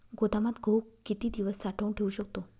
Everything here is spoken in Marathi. गोदामात गहू किती दिवस साठवून ठेवू शकतो?